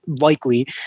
likely